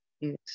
yes